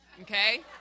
Okay